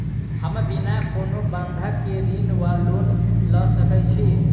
हम बिना कोनो बंधक केँ ऋण वा लोन लऽ सकै छी?